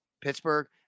Pittsburgh